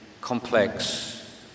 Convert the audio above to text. complex